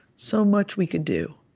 so much we could do,